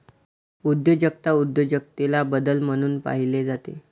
उद्योजकता उद्योजकतेला बदल म्हणून पाहिले जाते